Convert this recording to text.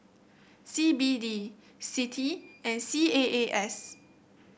C B D CITI and C A A S